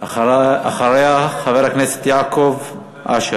ואחריה, חבר הכנסת יעקב אשר.